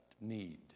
need